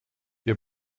ihr